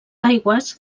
aigües